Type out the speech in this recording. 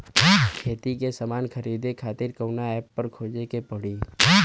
खेती के समान खरीदे खातिर कवना ऐपपर खोजे के पड़ी?